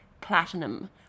platinum